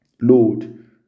Lord